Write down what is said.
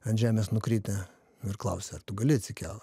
ant žemės nukritę nu ir klausia ar tu gali atsikelt